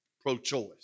pro-choice